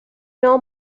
know